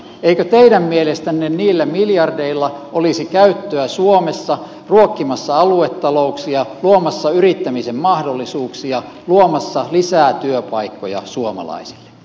eikö teidän mielestänne niillä miljardeilla olisi käyttöä suomessa ruokkimassa aluetalouksia luomassa yrittämisen mahdollisuuksia luomassa lisää työpaikkoja suomalaisille